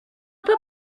peu